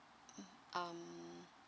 mm um